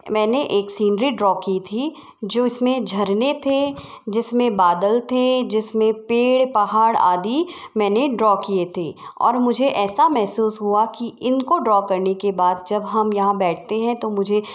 मैंने एक scenery draw की थी जो इस में झरने थे जिस में बादल थे जिस में पेड़ पहाड़ आदि मैंने ड्रॉ किए थे और मुझे ऐसा महसूस हुआ कि इन को ड्रा करने के बाद जब हम यहाँ बैठते हैं तो मुझे